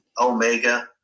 Omega